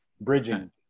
bridging